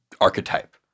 archetype